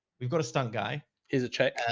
we've got a stunt guy is a trek.